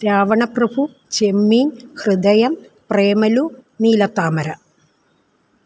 Ravanaprabhu Chemmeen Hridayam Premalu Neelathamara